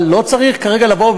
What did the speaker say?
אבל לא צריך כרגע לבוא,